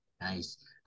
Nice